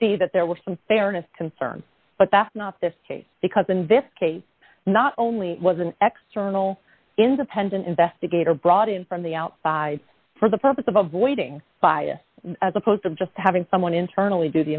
say that there was some fairness concern but that's not the case because in this case not only was an extra little independent investigator brought in from the outside for the purpose of avoiding bias as opposed to just having someone internally d